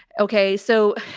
okay, so,